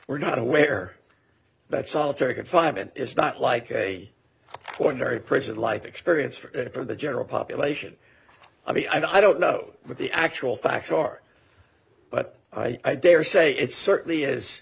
were not aware that solitary confinement is not like a ordinary prison life experience or for the general population i mean i don't know what the actual facts are but i daresay it certainly is